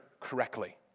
correctly